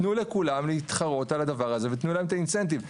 תנו לכולם להתחרות על הדבר הזה ותנו להם את האינסנטיב.